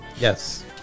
Yes